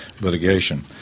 Litigation